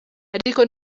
ariko